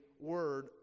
word